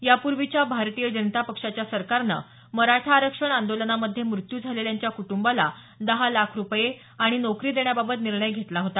यापूर्वीच्या भारतीय जनता पक्षाच्या सरकारनं मराठा आरक्षण आंदोलनामध्ये मृत्यू झालेल्यांच्या कुटुंबाला दहा लाख रुपये आणि नोकरी देण्याबाबत निर्णय घेतला होता